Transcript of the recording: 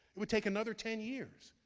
it would take another ten years,